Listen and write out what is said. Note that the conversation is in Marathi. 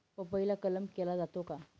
पपईला कलम केला जातो का?